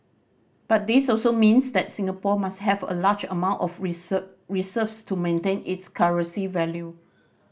but this also means that Singapore must have a large amount of reserves to maintain its currency value